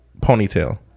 ponytail